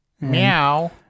now